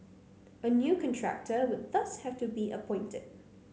a new contractor would thus have to be appointed